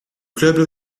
club